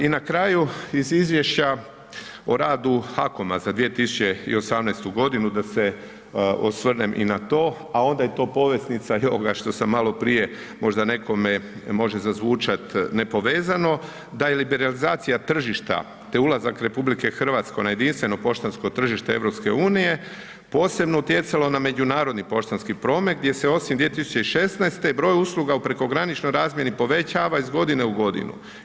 I na kraju, iz Izvješća o radu HAKOM-a za 2018. godinu, da se osvrnem i na to, a onda je to poveznica ovoga što sam maloprije, možda nekome može zazvučati nepovezano, da je liberalizacija tržišta te ulazak RH na jedinstveno poštansko tržište EU, posebno utjecalo na međunarodni poštanski promet gdje se osim 2016. broj usluga u prekograničnoj razmjeni povećava iz godine u godine.